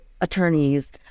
attorneys